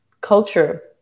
culture